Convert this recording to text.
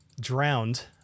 drowned